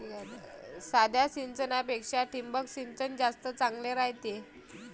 साध्या सिंचनापेक्षा ठिबक सिंचन जास्त चांगले रायते